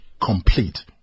complete